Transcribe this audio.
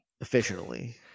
officially